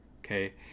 okay